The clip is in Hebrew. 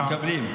מקבלים.